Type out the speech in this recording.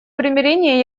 примирения